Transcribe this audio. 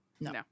No